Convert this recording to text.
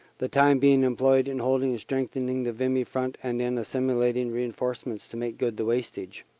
the time being employed in holding and strengthening the vimy front and in assimilating reinforce ments to make good the wastage.